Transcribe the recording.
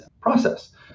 process